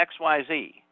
XYZ